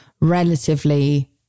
relatively